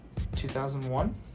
2001